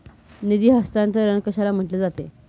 निधी हस्तांतरण कशाला म्हटले जाते?